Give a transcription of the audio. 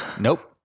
nope